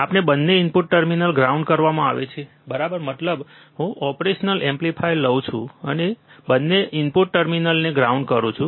જ્યારે બંને input terminal ground કરવામાં આવે છે બરાબર મતલબ હું ઓપરેશનલ એમ્પ્લીફાયર લઉં છું અને હું બંને ઇનપુટ ટર્મિનલ્સને ગ્રાઉન્ડ કરું છું